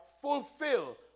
fulfill